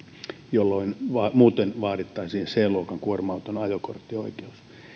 ja muuten vaadittaisiin c luokan kuorma auton ajo oikeus